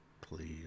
please